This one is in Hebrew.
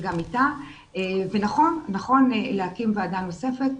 נכון להקים ועדה נוספת.